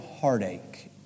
heartache